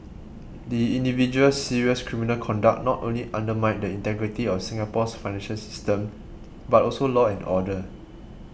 the individual's serious criminal conduct not only undermined the integrity of Singapore's financial system but also law and order